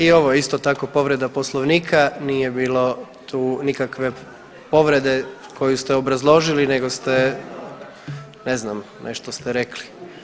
I ovo je isto tako povreda poslovnika nije bilo tu nikakve povrede koju ste obrazložili nego ste ne znam nešto ste rekli.